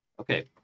Okay